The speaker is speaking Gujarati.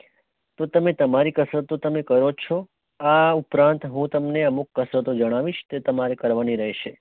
તો તમે તમારી કસરત તો તમે કરો જ છો આ ઉપરાંત હું તમને અમુક કસરતો જણાવીશ તે તમારે કરવાની રહેશે